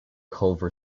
culver